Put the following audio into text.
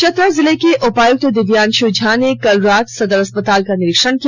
चतरा के उपायुक्त दिव्यांशु झा ने कल रात सदर अस्पताल का निरीक्षण किया